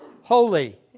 holy